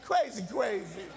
crazy-crazy